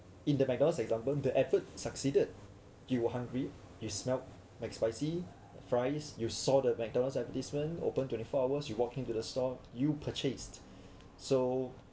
in the McDonald's example the effort succeeded you were hungry you smelt McSpicy the fries you saw the McDonald's advertisement open twenty four hours you walk into the store you purchased so